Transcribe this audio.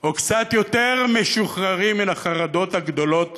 או קצת יותר משוחררים מן החרדות הגדולות